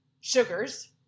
sugars